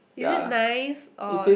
is it nice or